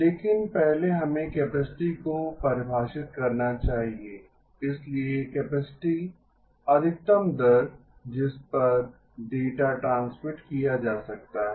लेकिन पहले हमें कैपेसिटी को परिभाषित करना चाहिए इसलिए कैपेसिटी अधिकतम दर जिस पर डेटा ट्रांसमिट किया जा सकता है